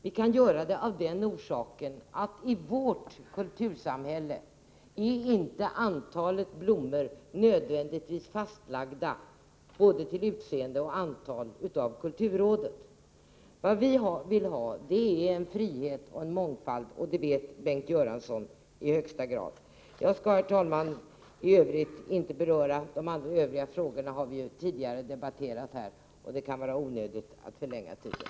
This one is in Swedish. Vi kan göra det av den orsaken att i vårt kultursamhälle blommornas antal och utseende inte nödvändigtvis är fastlagt av kulturrådet. Vi vill ha frihet och mångfald, och det vet Bengt Göransson i högsta grad. Jag skall, herr talman, inte beröra resten av Bengt Göranssons anförande. De övriga frågorna har vi ju debatterat tidigare, och det kan vara onödigt att förlänga debatten.